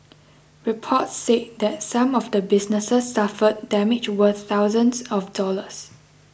reports said that some of the businesses suffered damage worth thousands of dollars